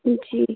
जी